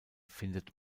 findet